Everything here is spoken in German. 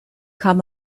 kann